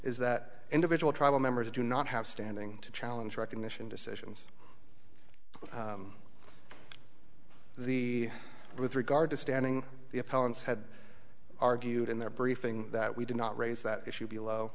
is that individual tribal members do not have standing to challenge recognition decisions the with regard to standing the opponents had argued in their briefing that we do not raise that issue below